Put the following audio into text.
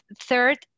third